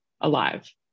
alive